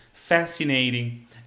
fascinating